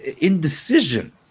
indecision